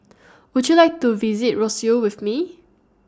Would YOU like to visit Roseau with Me